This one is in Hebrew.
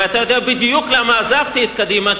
ואתה יודע בדיוק למה עזבתי את קדימה,